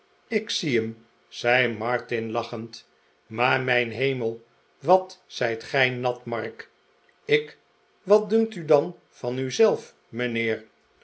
ik zie hem zei martin lachend maar mijn hemel wat zijt gij nat r mark ik wat dunkt u dan van u zelf mijnheer